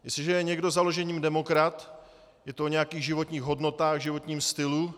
Jestliže je někdo založením demokrat, je to o nějakých životních hodnotách, životním stylu.